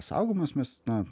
saugomos mes na